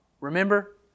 remember